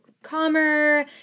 calmer